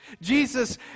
Jesus